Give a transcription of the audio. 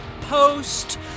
post